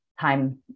time